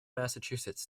massachusetts